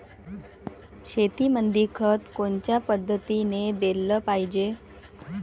शेतीमंदी खत कोनच्या पद्धतीने देलं पाहिजे?